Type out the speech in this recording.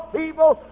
people